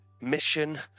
Mission